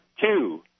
two